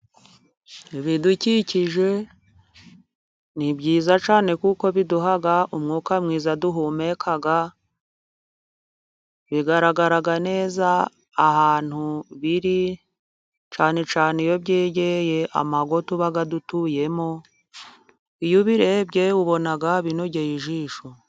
Ibidukikije ni byiza cyane kuko biduha umwuka mwiza duhumeka, bigaragara neza ahantu biri cyane cyane iyo byegereye amago tuba dutuyemo, iyo ubirebye ubona binogeye ijisho.